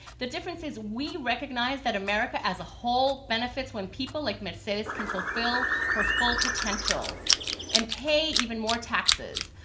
the difference is we recognize that america as a whole benefits when people like mercedes can fulfill her full potential and pay even more taxes.